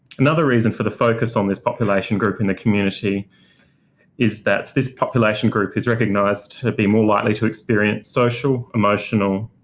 another reason for the focus on this population group in the community is that this population group is recognised to be more likely to experience social, emotional,